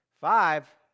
Five